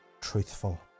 truthful